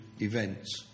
events